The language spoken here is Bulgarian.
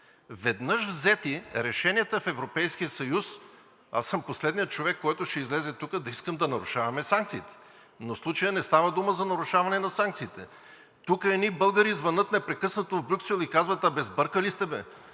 Веднъж взети, решенията в Европейския съюз – аз съм последният човек, който ще излезе тук да иска да нарушаваме санкциите. В случая не става дума за нарушаване на санкциите. Тук едни българи звънят непрекъснато в Брюксел и казват: „абе сбъркали сте бе,